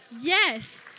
Yes